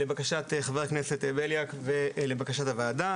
לבקשת חבר הכנסת בליאק ולבקשת הוועדה,